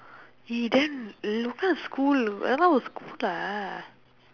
he damn local school a lot of school lah